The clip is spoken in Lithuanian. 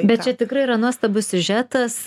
bet čia tikrai yra nuostabus siužetas